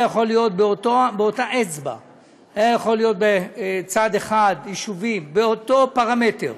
באותה אצבע היה יכול להיות בצד אחד יישובים באותו פרמטר